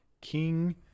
king